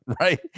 right